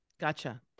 Gotcha